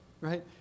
right